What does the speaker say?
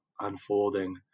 unfolding